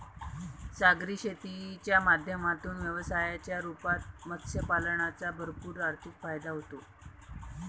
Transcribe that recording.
सागरी शेतीच्या माध्यमातून व्यवसायाच्या रूपात मत्स्य पालनाचा भरपूर आर्थिक फायदा होतो